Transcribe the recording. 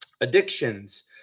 addictions